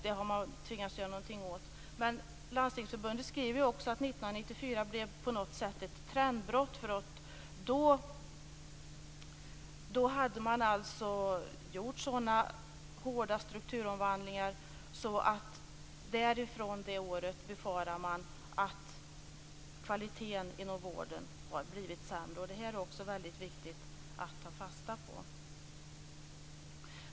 Man har tvingats göra någonting åt det. Landstingsförbundet skriver också att 1994 på något sätt blev ett trendbrott, därför att det då gjordes sådana hårda strukturomvandlingar att man befarar att kvaliteten inom vården efter det året har blivit sämre. Det är också viktigt att ta fasta på det.